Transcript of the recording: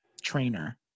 trainer